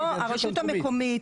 הרשות המקומית,